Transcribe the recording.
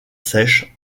sèche